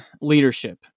leadership